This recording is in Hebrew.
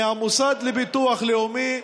מהמוסד לביטוח לאומי,